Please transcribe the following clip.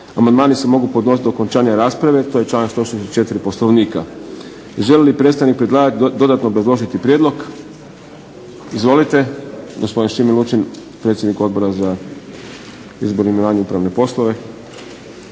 Amandmani se mogu podnositi do okončanja rasprave, to je članak 164. Poslovnika. Želi li predstavnik predlagatelja dodatno obrazložiti prijedlog? Izvolite, gospodin Šime Lučin, predsjednik Odbora za izbor, imenovanja i upravne poslove.